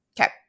Okay